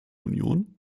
union